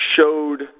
showed –